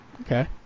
Okay